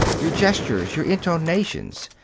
your gestures, your intonations.